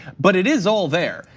but it is all there.